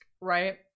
right